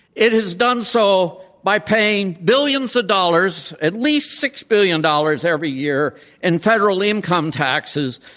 it has done so by paying billions of dollars, at least six billion dollars every year in federal income taxes,